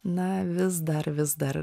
na vis dar vis dar